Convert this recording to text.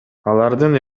алардын